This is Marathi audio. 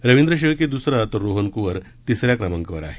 रविद्र शेळके दुसरा तर रोहन कुवर तिसऱ्या क्रमांकावर आहे